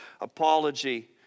apology